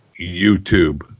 YouTube